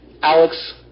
Alex